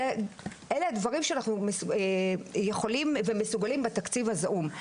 אלה הדברים שאנחנו יכולים ומסוגלים בתקציב הזעום.